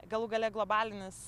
galų gale globalinis